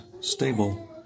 stable